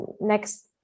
next